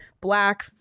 Black